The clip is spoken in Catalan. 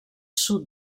sud